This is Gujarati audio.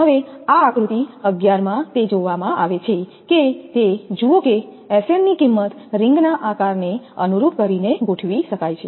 તેથી આ આકૃતિ 11માં તે જોવામાં આવે છે કે તે જુઓ કે 𝑆𝑛 ની કિંમત રીંગના આકારને અનુરૂપ કરીને ગોઠવી શકાય છે